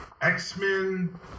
X-Men